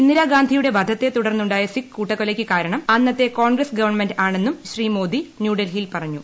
ഇന്ദിരാഗാന്ധിയുടെ വധത്തെ തുടർന്നു ായ സിഖ് കൂട്ടക്കൊലയ്ക്ക് കാരണം അന്നത്തെ കോൺഗ്രസ് ഗവൺമെന്റ് ആണെന്നും ശ്രീ മോദി ന്യൂഡൽഹിയിൽ പറഞ്ഞു